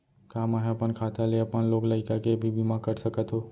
का मैं ह अपन खाता ले अपन लोग लइका के भी बीमा कर सकत हो